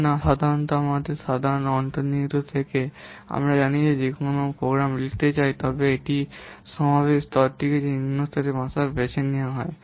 এবং সাধারণত আমাদের সাধারণ অন্তর্নিহিততা থেকে আমরা জানি যে আমরা যদি কোনও প্রোগ্রাম লিখতে চাই তবে যদি এই সমাবেশ স্তরকে যে নিম্ন স্তরের ভাষা বেছে নেওয়া হয়